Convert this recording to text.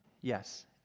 Yes